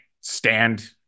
stand